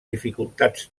dificultats